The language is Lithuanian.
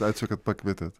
ačiū kad pakvietė